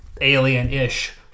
alien-ish